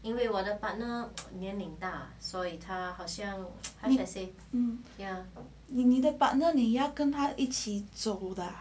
你的 partner 你要跟他一起做走的啊